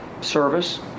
service